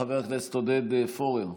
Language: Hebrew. חבר הכנסת עודד פורר,